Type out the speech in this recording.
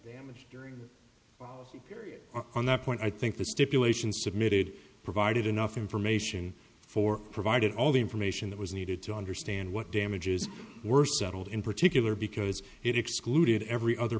and during the period on that point i think the stipulations submitted provided enough information for provided all the information that was needed to understand what damages were settled in particular because it excluded every other